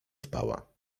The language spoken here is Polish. spała